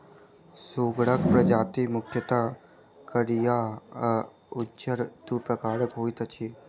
सुगरक प्रजाति मुख्यतः करिया आ उजरा, दू प्रकारक होइत अछि